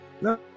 no